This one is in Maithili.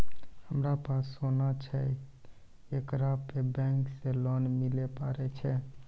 हमारा पास सोना छै येकरा पे बैंक से लोन मिले पारे छै?